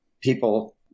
people